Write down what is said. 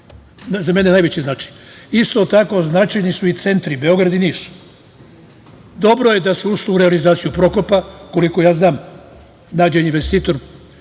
za mene najveći značaj i isto tako su značajni centri Beograd i Niš. Dobro je da se ušlo u realizaciju Prokopa, koliko je znam nađen je investitor